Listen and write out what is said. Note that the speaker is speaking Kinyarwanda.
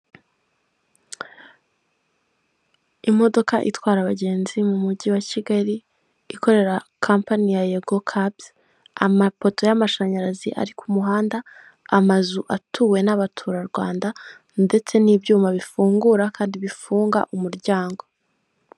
Mu isoko rya Nyabugogo aho bagurishiriza imbuto, umucuruzi yifashi ku itama kuko yabuze abakiriya kandi yari akeneye amafaranga, ari gucuruza inanasi, amapapayi, amaronji, imyembe, ndetse n'ibindi.